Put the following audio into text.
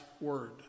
Word